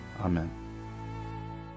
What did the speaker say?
Amen